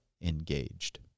engaged